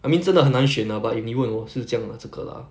I mean 真的很难选 lah but if 你问我是这样 lah 这个 lah